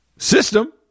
system